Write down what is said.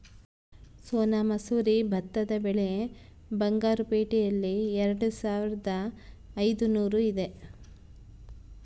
ಸೋನಾ ಮಸೂರಿ ಭತ್ತದ ಬೆಲೆ ಬಂಗಾರು ಪೇಟೆಯಲ್ಲಿ ಎರೆದುಸಾವಿರದ ಐದುನೂರು ಇದೆ